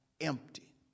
empty